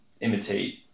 imitate